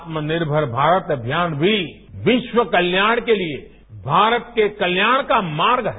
आत्मनिर्भर भारत अभियान भी विश्व कल्याण के लिए भारत के कल्याण का मार्ग है